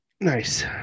Nice